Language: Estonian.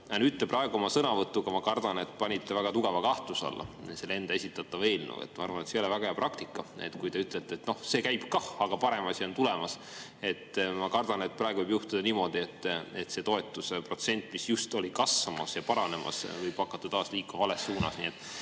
te panite oma sõnavõtuga, ma kardan, väga tugeva kahtluse alla enda esitatud eelnõu. Ma arvan, et see ei ole väga hea praktika, kui te ütlete, et see käib kah, aga parem asi on tulemas. Ma kardan, et praegu võib juhtuda niimoodi, et see toetuse protsent, mis just oli kasvamas ja paranemas, võib hakata taas liikuma vales suunas.